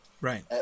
Right